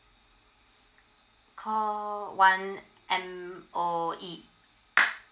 call one M_O_E